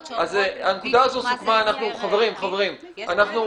תקנות החזקה --- סליחה חברים...